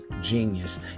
genius